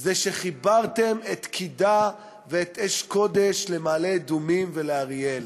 זה שחיברתם את קידה ואת אש-קודש למעלה-אדומים ולאריאל.